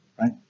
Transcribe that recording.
Right